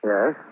Yes